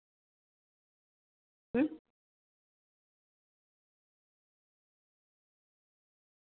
हां तसं पण मला आता थोडं कॉलेजमध्ये काम आहे असाईनमेंट सब्मिशन केल्यानंतर मग सुट्ट्याच लागते